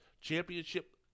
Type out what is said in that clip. Championship